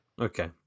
Okay